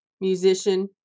musician